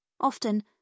Often